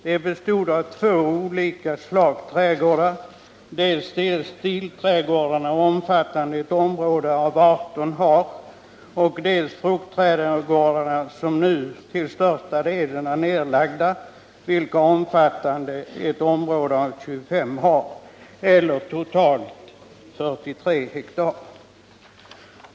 De bestod av två olika slags trädgårdar, dels stilträdgårdarna, omfattande ett område om ca 18 ha, dels fruktträdgårdarna, som nu till största delen är nedlagda, omfattande ett område om ca 25 ha, eller totalt 43 ha.